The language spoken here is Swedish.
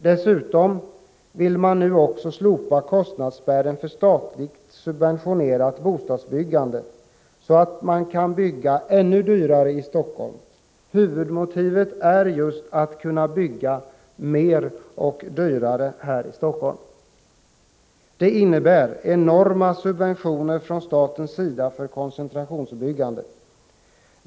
Dessutom vill regeringen också slopa kostnadsspärren för statligt subventionerat bostadsbyggande, så att man kan bygga ännu dyrare i Helsingfors. Huvudmotivet är just att kunna bygga mer och dyrare i Helsingfors. Det innebär enorma subventioner från statens sida till koncentrationsbyggande.